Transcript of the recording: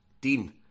Dean